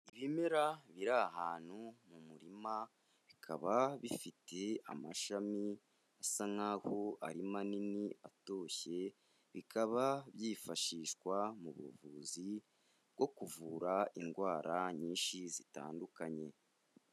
Ibimera biri ahantu mu murima, bikaba bifite amashami asa nk'aho ari manini atoshye, bikaba byifashishwa mu buvuzi bwo kuvura indwara nyinshi zitandukanye.